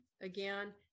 Again